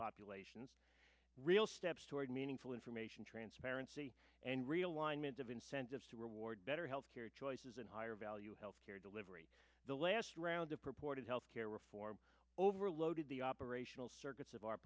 populations real steps toward meaningful information transparency and realignment of incentives to reward better health care choices and higher value health care delivery the last round of purported health care reform overloaded the operational circuits of our